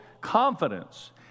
confidence